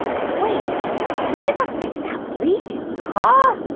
um fix that leak? huh?